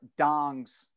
dongs